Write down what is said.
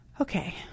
Okay